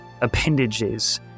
appendages